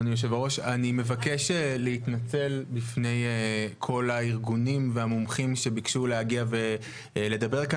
אני מבקש להתנצל בפני כל הארגונים והמומחים שביקשו להגיע ולדבר כאן,